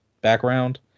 background